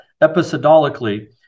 episodically